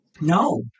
No